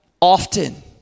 often